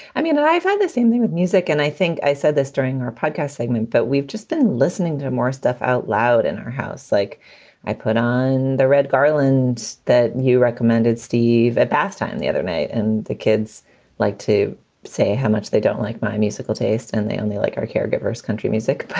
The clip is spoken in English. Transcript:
i mean, i find the same thing with music. and i think i said this during our podcast segment that we've just been listening to more stuff out loud in our house. like i put on the red garlands that you recommended, steve, at bathtime the other night. and the kids like to say how much they dont like my musical taste and they only like our caregivers country music.